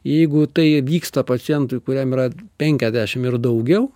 jeigu tai vyksta pacientui kuriam yra penkiasdešim ir daugiau